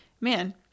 man